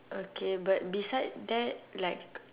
okay but beside that like